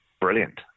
brilliant